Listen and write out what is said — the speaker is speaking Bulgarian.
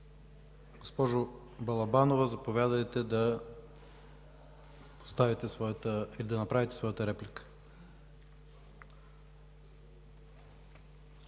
Госпожо Балабанова, заповядайте да направите своята реплика.